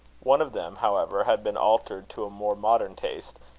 one of them, however, had been altered to a more modern taste,